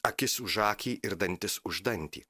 akis už akį ir dantis už dantį